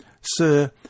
Sir